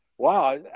wow